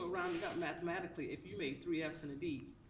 ah rounded up mathematically. if you made three fs and a d,